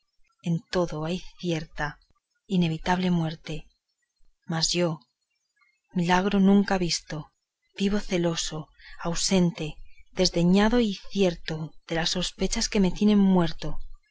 en todo hay cierta inevitable muerte mas yo milagro nunca visto vivo celoso ausente desdeñado y cierto de las sospechas que me tienen muerto